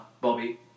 Bobby